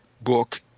book